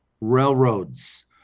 railroads